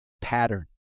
pattern